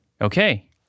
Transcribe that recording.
Okay